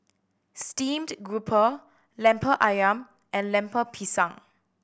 steamed grouper Lemper Ayam and Lemper Pisang